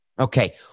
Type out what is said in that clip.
Okay